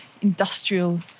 industrial